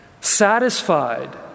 satisfied